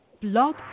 Blog